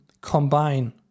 combine